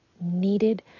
needed